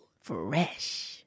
Fresh